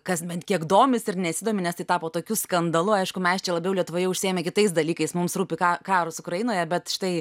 kas bent kiek domisi ir nesidomi nes tai tapo tokiu skandalu aišku mes čia labiau lietuvoje užsiėmę kitais dalykais mums rūpi karas ukrainoje bet štai